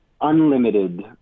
unlimited